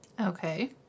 Okay